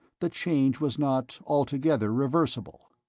the change was not altogether reversible.